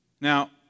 Now